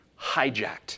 hijacked